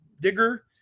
Digger